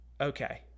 okay